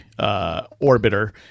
orbiter